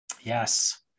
Yes